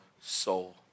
soul